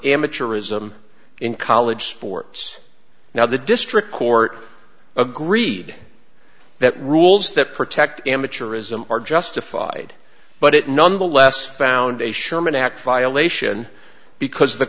amateurism in college sports now the district court agreed that rules that protect amateurism are justified but it nonetheless found a sherman act violation because